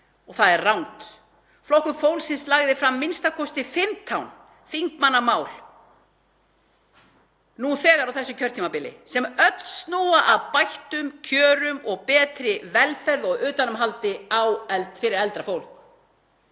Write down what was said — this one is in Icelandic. Það er rangt. Flokkur fólksins hefur lagt fram a.m.k. 15 þingmannamál nú þegar á þessu kjörtímabili sem öll snúa að bættum kjörum og betri velferð og utanumhaldi fyrir eldra fólk.